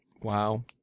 Wow